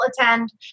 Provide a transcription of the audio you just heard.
attend